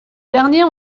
derniers